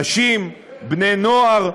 נשים, בני נוער,